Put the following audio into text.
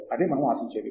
అదే మనము ఆశించేది